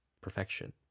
perfection